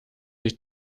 ich